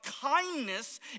kindness